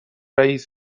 رئیس